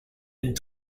une